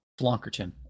Flonkerton